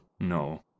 No